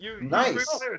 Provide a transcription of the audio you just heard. Nice